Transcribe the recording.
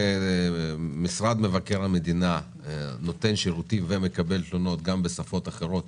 האם משרד מבקר המדינה נותן שירותים ומקבל תלונות גם בשפות אחרות